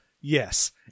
yes